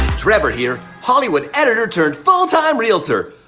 trevor, here, hollywood editor turned full time realtor.